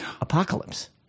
apocalypse